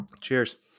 Cheers